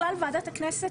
מתן וגדי,